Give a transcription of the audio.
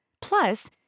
Plus